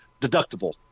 deductible